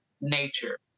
nature